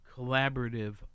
collaborative